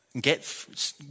get